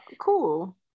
Cool